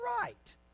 right